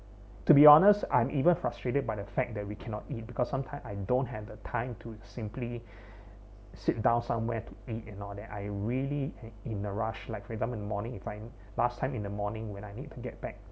to be honest I'm even frustrated by the fact that we cannot eat because sometime I don't have the time to simply sit down somewhere to eat and all that I really in a rush like for example in the morning if I last time in the morning when I need to get back